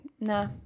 Nah